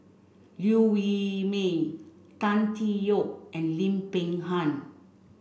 Liew Wee Mee Tan Tee Yoke and Lim Peng Han